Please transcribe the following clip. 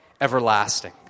everlasting